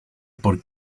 por